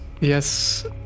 Yes